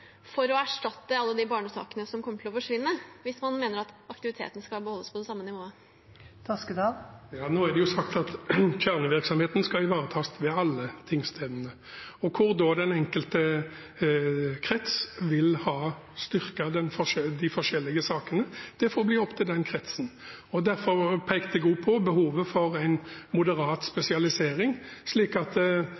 for å erstatte alle barnesakene som kommer til å forsvinne, hvis man mener at aktiviteten skal beholdes på det samme nivået? Nå er det jo sagt at kjernevirksomheten skal ivaretas ved alle tingstedene. Hvor den enkelte krets vil ha styrket de forskjellige sakene, får bli opp til den kretsen. Derfor pekte jeg også på behovet for en moderat